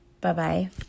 Bye-bye